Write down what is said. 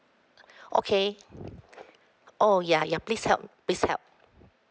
okay oh ya ya please help please help